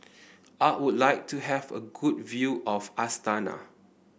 I would like to have a good view of Astana